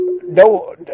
no